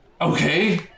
Okay